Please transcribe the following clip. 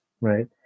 right